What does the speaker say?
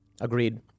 Agreed